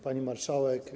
Pani Marszałek!